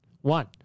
One